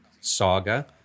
saga